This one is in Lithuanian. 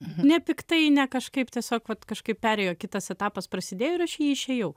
nepiktai ne kažkaip tiesiog vat kažkaip perėjo kitas etapas prasidėjo ir aš į jį išėjau